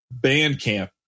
Bandcamp